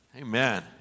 Amen